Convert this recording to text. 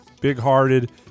big-hearted